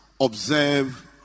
observe